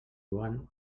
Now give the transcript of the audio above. joan